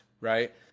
Right